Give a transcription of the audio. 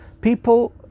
people